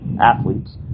athletes